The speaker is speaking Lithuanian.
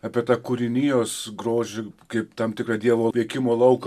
apie tą kūrinijos grožį kaip tam tikrą dievo veikimo lauką